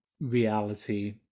reality